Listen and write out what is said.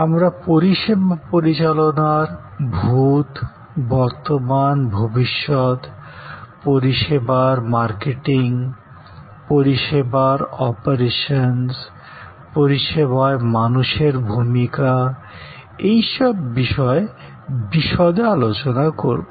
আমরা পরিষেবা পরিচালনার ভুত বর্তমান ভবিষ্যৎ পরিষেবার বিপণন পরিষেবার অপারেশন্স পরিষেবায় মানুষের ভূমিকা এইসব বিষয়ে বিশদে আলোচনা করব